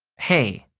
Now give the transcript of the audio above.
hey,